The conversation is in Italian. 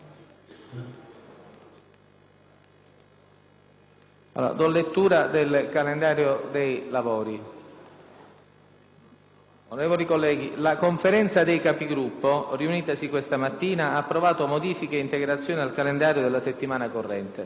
link apre una nuova finestra"). Onorevoli colleghi, la Conferenza dei Capigruppo, riunitasi questa mattina, ha approvato modifiche ed integrazioni al calendario della settimana corrente.